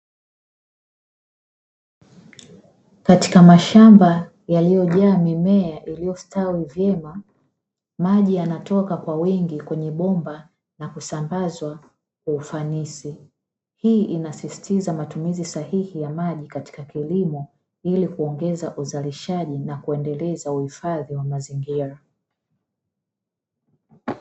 Katika mashamba yaliyojaa mimea iliyostawi vyema, maji yanatoka kwa wingi kwenye bomba na kusambazwa kwa ufanisi hii inasisitiza matumizi sahihi ya maji katika kilimo ili kuongeza uzalishaji na kuendeleza uhifadhi wa mazingira.